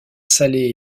salée